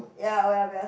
ya oya-beh-ya-som